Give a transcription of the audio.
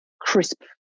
crisp